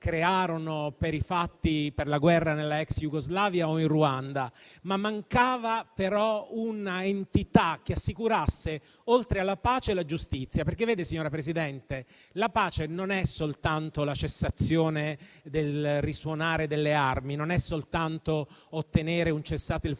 crearono per la guerra nella ex Jugoslavia o in Ruanda. Mancava però un'entità che assicurasse, oltre alla pace, la giustizia. Vede, signora Presidente, la pace non è soltanto la cessazione del risuonare delle armi, non è soltanto ottenere un cessate il